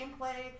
gameplay